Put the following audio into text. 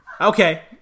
Okay